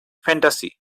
fantasy